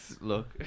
look